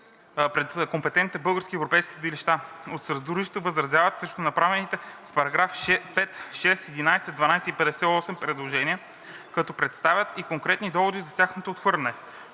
пред компетентните български и европейски съдилища. От съдружието възразяват срещу направените с параграфи 5, 6, 11, 12 и 58 предложения, като представят и конкретни доводи за тяхното отхвърляне.